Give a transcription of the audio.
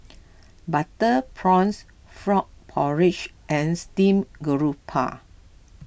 Butter Prawn Frog Porridge and Steamed Grouper